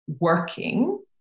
working